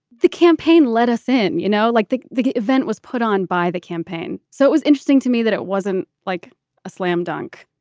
the campaign let us in. you know, like the the event was put on by the campaign. so it was interesting to me that it wasn't like a slam dunk.